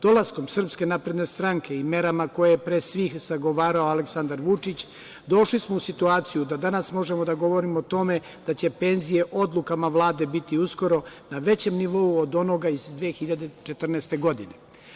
Dolaskom Srpske napredne stranke i merama koje je pre svih zagovarao Aleksandar Vučić, došli smo u situaciju da danas možemo da govorimo o tome da će penzije odlukama Vlade biti uskoro na većem nivou od onoga iz 2014. godine.